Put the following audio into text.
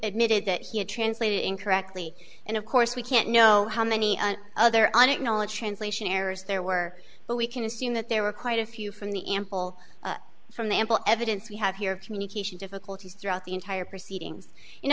admitted that he had translated incorrectly and of course we can't know how many other an acknowledged translation errors there were but we can assume that there were quite a few from the ample from the ample evidence we have here of communication difficulties throughout the entire proceeding